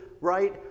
right